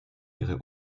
ihre